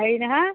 হেৰি নহয়